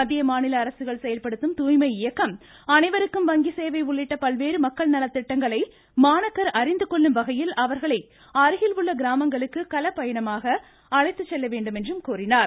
மத்திய மாநில அரசுகள் செயல்படுத்தும் தூய்மை இயக்கம் அனைவருக்கும் உள்ளிட்ட பல்வேறு மக்கள் வங்கி சேவை நலத்திட்டங்களை மாணாக்கர் அறிந்துகொள்ளும் வகையில் அவர்களை அருகில் உள்ள கிராமங்களுக்கு கள பயணமாக அழைத்துச் செல்ல வேண்டும் என்றும் கூறினார்